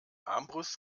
armbrust